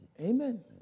Amen